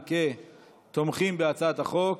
הצבעה.